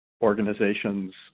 organizations